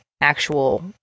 actual